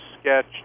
sketch